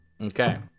Okay